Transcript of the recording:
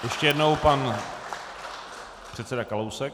Ještě jednou pan předseda Kalousek.